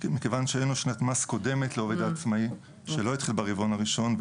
מכיוון שאין שנת מס קודמת לעובד עצמאי שלא התחיל ברבעון הראשון,